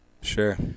Sure